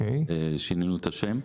שינינו את השם.